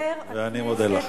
אני מודה לכם.